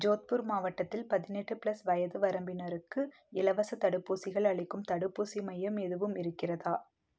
ஜோத்பூர் மாவட்டத்தில் பதினெட்டு ப்ளஸ் வயது வரம்பினருக்கு இலவசத் தடுப்பூசிகள் அளிக்கும் தடுப்பூசி மையம் எதுவும் இருக்கிறதா